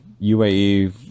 uae